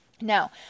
now